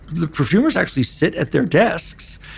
the perfumers actually sit at their desks,